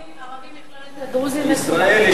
"ערבים" יכלול את הדרוזים ואת כולם?